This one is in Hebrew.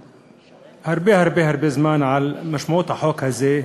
והרבה הרבה הרבה זמן, על משמעות החוק הזה,